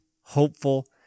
hopeful